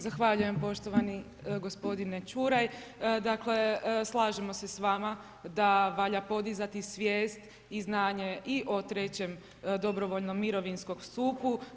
Zahvaljujem poštovani gospodine Čuraj, dakle, slažemo se s vama, da valja podizati svijest i znanje i o trećem dobrovoljnom mirovinskom stupu.